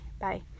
bye